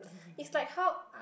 it's like how